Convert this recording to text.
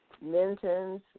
Minton's